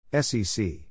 SEC